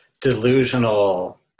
delusional